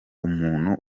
umuntu